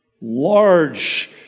Large